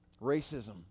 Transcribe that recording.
racism